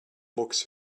mucks